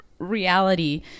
reality